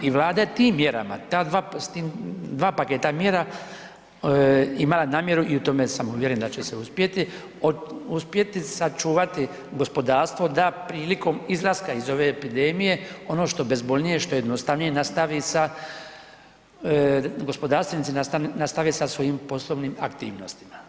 I Vlada tim mjerama, ta dva, s tim, dva paketa mjera imala namjeru i u tome sam uvjeren da će se uspjeti, uspjeti sačuvati gospodarstvo da prilikom izlaska iz ove epidemije ono što bezbolnije, što jednostavnije nastavi sa, gospodarstvenici nastave sa svojim poslovnim aktivnostima.